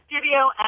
studio